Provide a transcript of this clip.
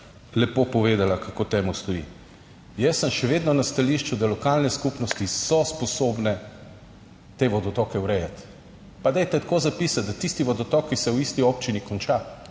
lepo povedala kako temu stoji. Jaz sem še vedno na stališču, da lokalne skupnosti so sposobne te vodotoke urejati, pa dajte tako zapisati, da tisti vodotok, ki se v isti občini konča,